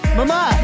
mama